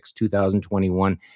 2021